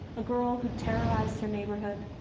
a girl who terrorized her neighborhood,